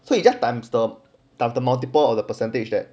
so you just times the multiple or the percentage that